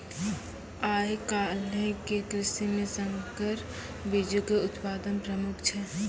आइ काल्हि के कृषि मे संकर बीजो के उत्पादन प्रमुख छै